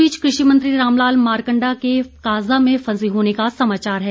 इस बीच कृषि मंत्री रामलाल मारकंडा के काजा में फंसे होने का समाचार है